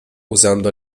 usando